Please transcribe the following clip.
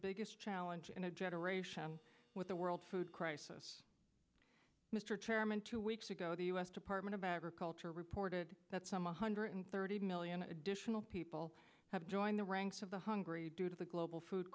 biggest challenge in a generation with the world food crisis mr chairman two weeks ago the u s department of agriculture reported that some one hundred thirty million additional people have joined the ranks of the hungry due to the global food